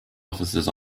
offices